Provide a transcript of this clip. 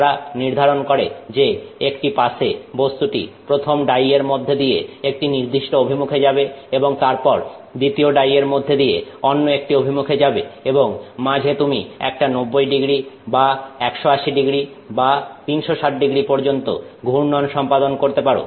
তারা নির্ধারণ করে যে একটি পাসে বস্তুটি প্রথম ডাই এর মধ্যে দিয়ে একটি নির্দিষ্ট অভিমুখে যাবে এবং তারপর দ্বিতীয় ডাই এর মধ্যে দিয়ে অন্য একটি অভিমুখে যাবে এবং মাঝে তুমি একটা 90º বা 180º বা 360º পর্যন্ত ঘূর্ণন সম্পাদন করতে পারো